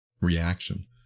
reaction